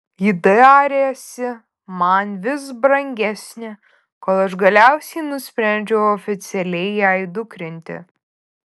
ji darėsi man vis brangesnė kol aš galiausiai nusprendžiau oficialiai ją įdukrinti